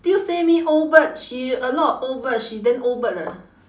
still say me old bird she a lot old bird she then old bird leh